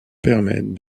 permettent